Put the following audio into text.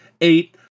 eight